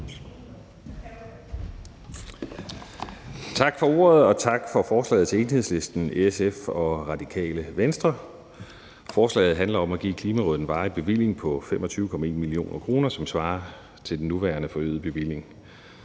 Tak for ordet, og tak for forslaget til Enhedslisten, SF og Radikale Venstre. Forslaget handler om at give Klimarådet en varig bevilling på 25,1 mio. kr., hvilket svarer til den nuværende forøgede bevilling.